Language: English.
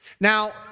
Now